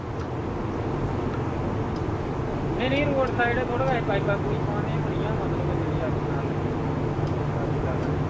नेईं नेईं road side दा थोह्ड़ी होनी मतलब अग्ग स्हालनै लेई होंदी ऐ जेल्लै अग्ग जादै लग्गी